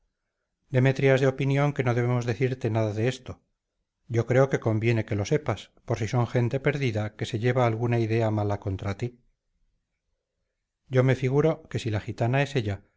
demetria es de opinión que no debemos decirte nada de esto yo creo que conviene que lo sepas por si son gente perdida que se lleva alguna idea mala contra ti yo me figuro que si la gitana es ella